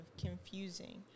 confusing